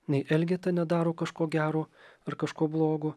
nei elgeta nedaro kažko gero ar kažko blogo